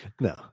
no